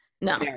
No